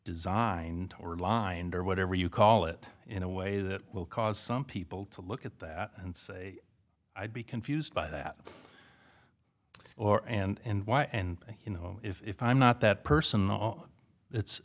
designed or lined or whatever you call it in a way that will cause some people to look at that and say i'd be confused by that or and why and you know if i'm not that person oh it's